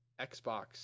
Xbox